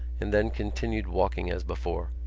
and then continued walking as before.